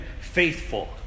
faithful